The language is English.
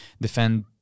defend